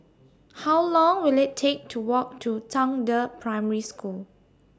How Long Will IT Take to Walk to Zhangde Primary School